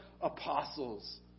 apostles